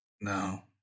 No